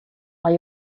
are